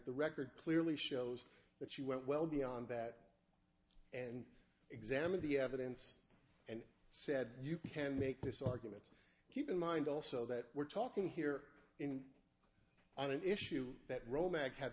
the record clearly shows that she went well beyond that and examined the evidence and said you can make this argument keep in mind also that we're talking here in an issue that romantic ha